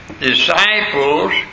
disciples